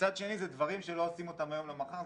מצד שני זה דברים שלא עושים אותם מהיום למחר.